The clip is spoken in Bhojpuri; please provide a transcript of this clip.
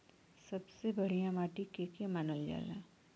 सबसे बढ़िया माटी के के मानल जा?